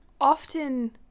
often